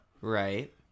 Right